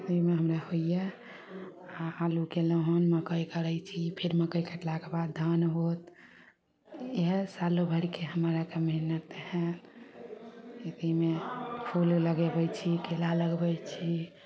खेतीमे हमरा होइए आओर आलू कयलहुँ हन मकइ करय छी फेर मकइ कटलाके बाद धान होत इएहे सालो भरिके हमराके मेहनत हइ एहिमे फूल लगबय छी केला लगबय छी